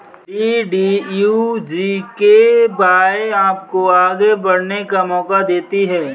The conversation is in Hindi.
डी.डी.यू जी.के.वाए आपको आगे बढ़ने का मौका देती है